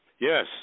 Yes